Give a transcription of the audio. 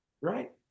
right